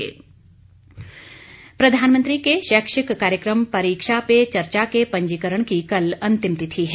परीक्षा पे चर्चा प्रधानमंत्री के शैक्षिक कार्यक्रम परीक्षा पे चर्चा के पंजीकरण की कल अंतिम तिथि है